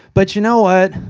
but you know what,